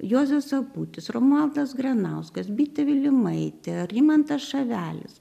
juozas aputis romualdas granauskas bitė vilimaitė rimantas šavelis